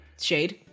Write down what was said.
shade